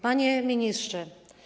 Panie Ministrze!